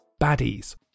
baddies